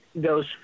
goes